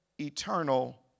eternal